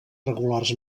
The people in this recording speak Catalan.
regulars